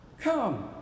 come